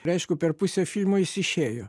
ir aišku per pusę filmo jis išėjo